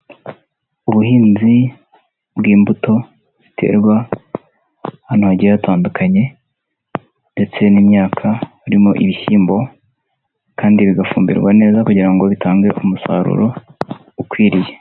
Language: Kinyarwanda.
Ubuhinzi bw'imbuto, ziterwa hantu hagiye hatandukanye, ndetse n'imyaka, harimo ibishyimbo, kandi bigafumbirwa neza kugira ngo bitange umusaruro ukwiriye.